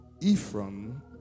Ephraim